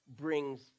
brings